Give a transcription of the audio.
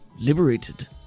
liberated